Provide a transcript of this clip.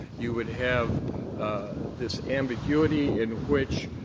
you would have this ambiguity in which